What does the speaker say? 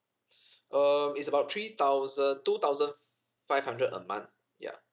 um it's about three thousand two thousand five hundred a month ya